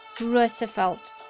Roosevelt